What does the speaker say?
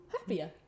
happier